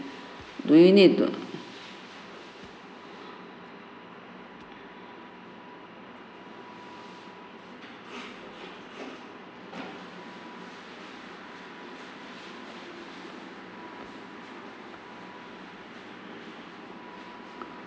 do we need err